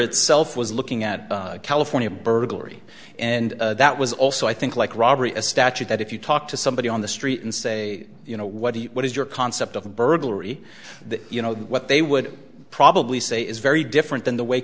itself was looking at california burglary and that was also i think like robbery a statute that if you talk to somebody on the street and say you know what do you what is your concept of burglary you know what they would probably say is very different than the way